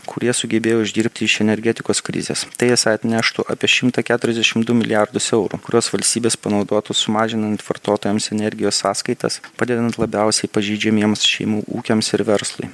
kurie sugebėjo uždirbti iš energetikos krizės tai esą atneštų apie šimtą keturiasdešim du milijardus eurų kuriuos valstybės panaudotų sumažinant vartotojams energijos sąskaitas padedant labiausiai pažeidžiamiems šeimų ūkiams ir verslui